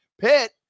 Pitt